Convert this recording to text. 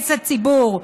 אינטרס הציבור.